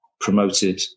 promoted